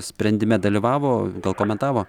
sprendime dalyvavo gal komentavo